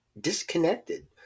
disconnected